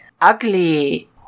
ugly